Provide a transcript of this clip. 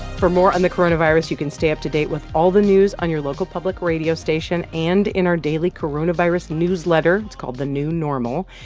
for more on the coronavirus, you can stay up to date with all the news on your local public radio station and in our daily coronavirus newsletter. it's called the new normal.